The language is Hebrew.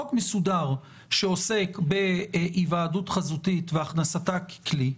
חוק מסודר שעוסק בהיוועדות חזותית והכנסתה ככלי,